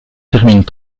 terminent